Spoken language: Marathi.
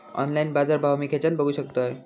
ऑनलाइन बाजारभाव मी खेच्यान बघू शकतय?